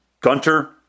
Gunter